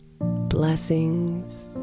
Blessings